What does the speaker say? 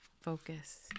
focus